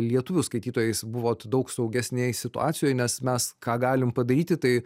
lietuvių skaitytojais buvot daug saugesnėj situacijoj nes mes ką galim padaryti tai